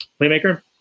playmaker –